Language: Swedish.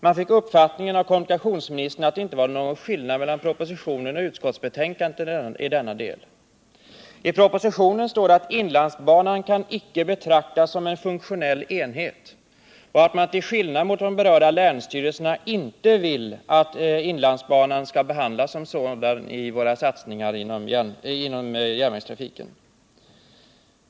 Man fick uppfattningen av kommunikationsministern att det inte var någon skillnad mellan propositionen och utskottsbetänkandet i denna del. I propositionen står det att inlandsbanan inte kan betraktas som en funktionell enhet och att man till skillnad från de berörda länsstyrelserna inte vill att inlandsbanan skall behandlas som sådan vid våra satsningar på järnvägstrafiken.